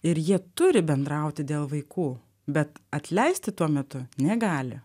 ir jie turi bendrauti dėl vaikų bet atleisti tuo metu negali